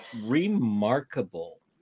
remarkable